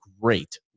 Great